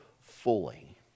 fully